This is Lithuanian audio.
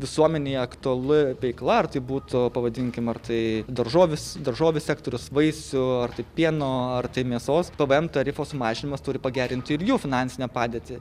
visuomenei aktuali veikla ar tai būtų pavadinkim ar tai daržovės daržovių sektorius vaisių ar tai pieno ar tai mėsos pvm tarifo sumažinimas turi pagerinti ir jų finansinę padėtį